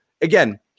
again